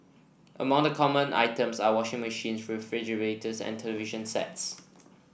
among the common items are washing machines refrigerators and television sets